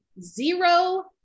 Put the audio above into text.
zero